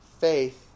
faith